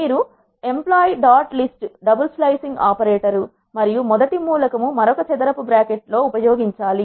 మీరు రు employee dot list డబుల్స్లో ఐసింగ్ ఆపరేటర్ మరియు మొదటి మూలకం మరొక ఒక చదరపు బ్రాకెట్ లో ఉపయోగించాలి